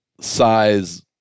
size